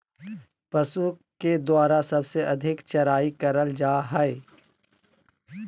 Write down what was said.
पशु के द्वारा सबसे अधिक चराई करल जा हई